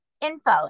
info